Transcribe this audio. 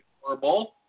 horrible